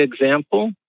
example